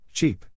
Cheap